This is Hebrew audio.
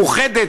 מאוחדת,